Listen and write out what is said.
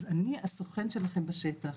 אז אני הסוכן שלכם בשטח,